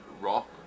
Rock